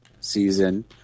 season